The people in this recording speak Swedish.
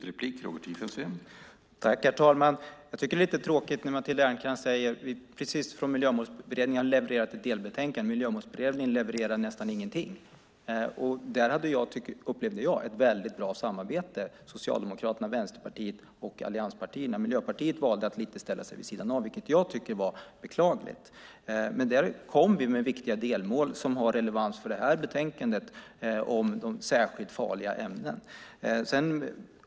Herr talman! Vi har från Miljömålsberedningen precis levererat ett delbetänkande. Då är det lite tråkigt att höra Matilda Ernkrans säga att Miljömålsberedningen levererar nästan ingenting. Jag upplevde att vi där hade ett mycket bra samarbete mellan Socialdemokraterna, Vänsterpartiet och allianspartierna. Miljöpartiet valde att lite grann ställa sig vid sidan av, vilket jag tyckte var beklagligt. Vi har kommit med viktiga delmål om särskilt farliga ämnen, som har relevans för detta betänkande.